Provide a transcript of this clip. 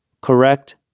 Correct